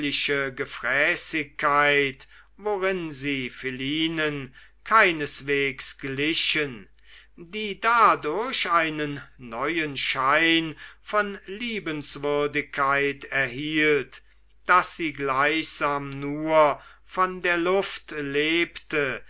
gefräßigkeit worin sie philinen keinesweges glichen die da durch einen neuen schein von liebenswürdigkeit erhielt daß sie gleichsam nur von der luft lebte